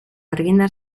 argindar